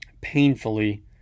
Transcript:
painfully